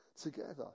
together